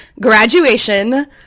Graduation